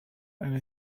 and